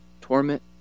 Torment